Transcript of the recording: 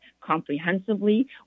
comprehensively